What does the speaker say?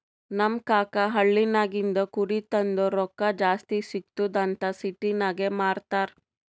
ನಮ್ ಕಾಕಾ ಹಳ್ಳಿನಾಗಿಂದ್ ಕುರಿ ತಂದು ರೊಕ್ಕಾ ಜಾಸ್ತಿ ಸಿಗ್ತುದ್ ಅಂತ್ ಸಿಟಿನಾಗ್ ಮಾರ್ತಾರ್